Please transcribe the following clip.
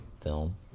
film